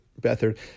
Beathard